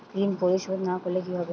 ঋণ পরিশোধ না করলে কি হবে?